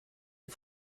die